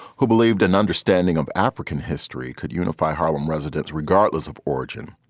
who believed an understanding of african history could unify harlem residents regardless of origin.